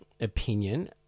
opinion